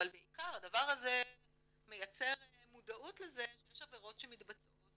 אבל בעיקר הדבר הזה מייצר מודעות לזה שיש עבירות שמתבצעות